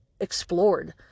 explored